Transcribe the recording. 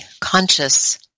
conscious